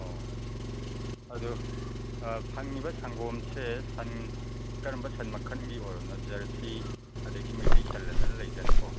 ꯑꯣ ꯑꯗꯨ ꯐꯪꯂꯤꯕ ꯁꯪꯒꯣꯝꯁꯦ ꯁꯟ ꯀꯔꯝꯕ ꯁꯟ ꯃꯈꯜꯒꯤ ꯑꯣꯏꯕꯅꯣ ꯖꯔꯁꯤ ꯑꯗꯒꯤ ꯃꯩꯇꯩ ꯁꯟ ꯍꯥꯏꯗꯅ ꯂꯩꯗꯅꯀꯣ